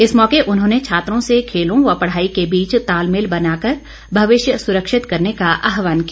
इस मौके उन्होंने छात्रो से खेलों व पढ़ाई के बीच तालमेल बनाकर भविष्य सुरक्षित करने का आहवान किया